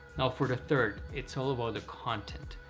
now for the third it's all about the content.